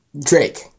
Drake